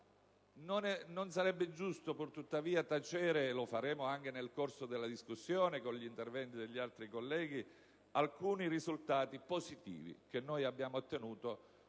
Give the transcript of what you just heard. Non sarebbe giusto, purtuttavia, tacere - e in tal senso procederemo nel corso della discussione con gli interventi degli altri colleghi - alcuni risultati positivi che noi abbiamo ottenuto